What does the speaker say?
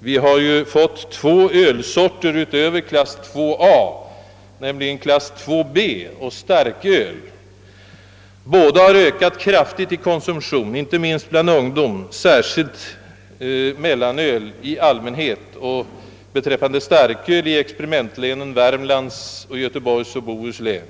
Vi har fått två ölsorter utöver klass II A, nämligen klass II B och starköl. Konsumtionen av båda dessa sorter har ökat kraftigt inte minst bland ungdom, och särskilt gäller detta mellanölet. Konsumtionen av starköl har ökat i experimentlänen Värmlands och Göteborgs och Bohus län.